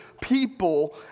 people